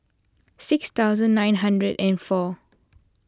six thousand nine hundred and four